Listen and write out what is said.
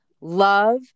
love